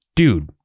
dude